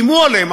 איימו עליהם.